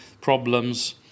problems